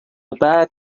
بعد